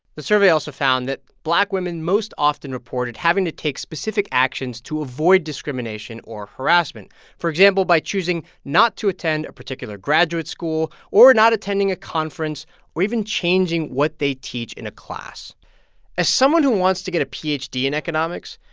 the survey also found that black women most often reported having to take specific actions to avoid discrimination or harassment for example, by choosing not to attend a particular graduate school or not attending a conference or even changing what they teach in a class as someone who wants to get a phd in economics,